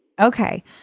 Okay